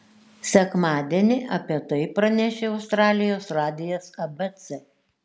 sekmadienį apie tai pranešė australijos radijas abc